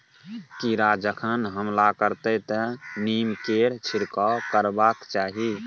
कीड़ा जखन हमला करतै तँ नीमकेर छिड़काव करबाक चाही